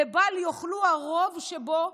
לבל יוכל הרוב שבו,